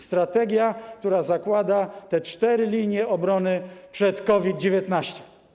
Strategia, która zakłada te cztery linie obrony przed COVID-19.